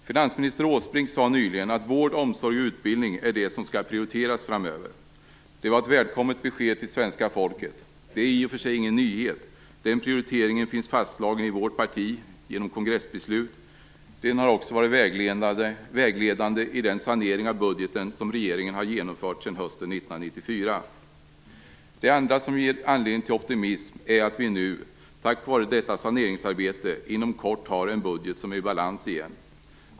Finansminister Åsbrink sade nyligen att vård, omsorg och utbildning är det som skall prioriteras framöver. Det var ett välkommet besked till svenska folket. Det är i och för sig ingen nyhet. Den prioriteringen finns fastslagen i vårt parti genom kongressbeslut. Den har också varit vägledande i den sanerig av budgeten som regeringen har genomfört sedan hösten 1994. Det enda som ger anledning til optimism är att vi nu tack vara detta saneringsarbete inom kort har en budget som är i balans igen.